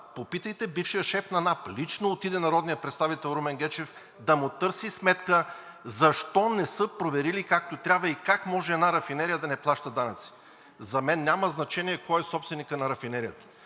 Попитайте бившия шеф на НАП. Лично отиде народният представител Румен Гечев да му търси сметка защо не са проверили както трябва и как може една рафинерия да не плаща данъци? За мен няма значение кой е собственикът на рафинерията.